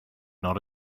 not